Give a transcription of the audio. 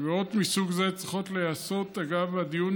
קביעות מסוג זה צריכות להיעשות אגב הדיון